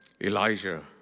Elijah